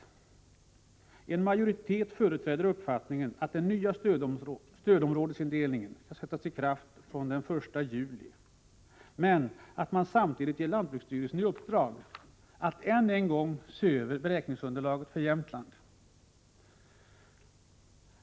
En majoritet företräder uppfattningen att den nya stödområdesindelningen skall sättas i kraft från den 1 juli, men att man samtidigt ger lantbruksstyrelsen i uppdrag att än en gång se över beräkningsunderlaget för Jämtland.